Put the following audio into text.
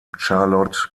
charlotte